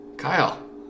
Kyle